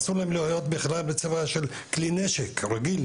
אסור להם להיות בכלל בצבע של כלי נשק רגיל,